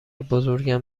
بزرگم